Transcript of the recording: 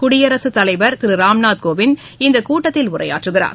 குடியரசுத் தலைவர் திரு ராம்நாத் கோவிந்த் இந்த கூட்டத்தில் உரையாற்றுகிறார்